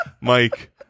Mike